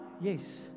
Yes